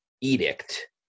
edict